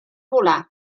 volar